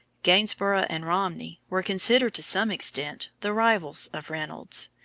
gainsborough and romney were considered to some extent the rivals of reynolds,